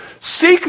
seek